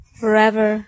forever